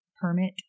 permit